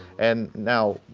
and, now,